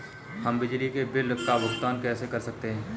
हम बिजली के बिल का भुगतान कैसे कर सकते हैं?